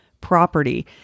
property